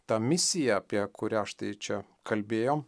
ta misija apie kurią štai čia kalbėjom